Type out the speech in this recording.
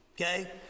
Okay